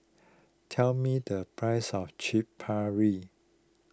tell me the price of Chaat Papri